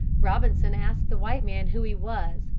robinson asked the white man who he was,